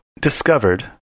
discovered